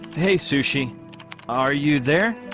hey sushi are you there?